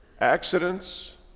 Accidents